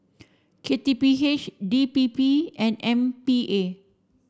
K T P H D P P and M P A